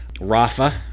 rafa